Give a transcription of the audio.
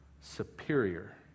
superior